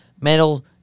metal